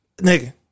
Nigga